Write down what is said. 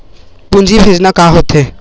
पूंजी भेजना का होथे?